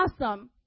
awesome